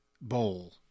Bowl